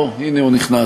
אוה, הנה הוא נכנס.